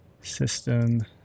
system